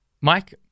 Mike